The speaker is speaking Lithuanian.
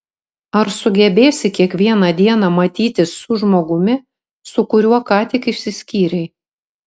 ar sugebėsi kiekvieną dieną matytis su žmogumi su kuriuo ką tik išsiskyrei